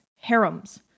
harems